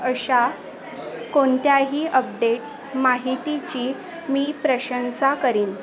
अशा कोणत्याही अपडेट्स माहितीची मी प्रशंसा करीन